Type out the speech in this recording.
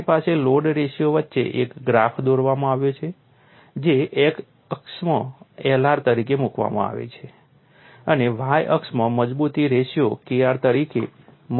તમારી પાસે load ratio વચ્ચે એક ગ્રાફ દોરવામાં આવ્યો છે જે x અક્ષમાં Lr તરીકે મૂકવામાં આવે છે અને y અક્ષમાં મજબૂતી રેશિયો Kr તરીકે મૂકવામાં આવે છે